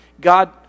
God